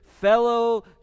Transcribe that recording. fellow